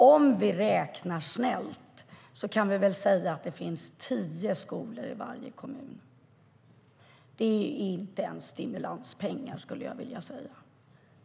Om vi räknar snällt kan vi väl säga att det finns tio skolor i varje kommun. Det är inte ens stimulanspengar.